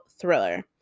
thriller